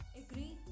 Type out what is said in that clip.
agree